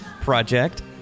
Project